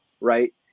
right